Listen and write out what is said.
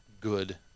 good